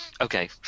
Okay